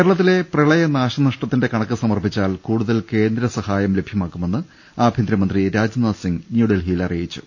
കേരളത്തിലെ പ്രളയ നാശനഷ്ടത്തിന്റെ കണക്ക് സമർപ്പിച്ചാൽ കൂടു തൽ കേന്ദ്രസഹായം ലഭ്യമാക്കുമെന്ന് ആഭ്യന്തരമന്ത്രി രാജ്നാഥ് സിംഗ് ന്യൂഡൽഹിയിൽ അറിയിച്ചു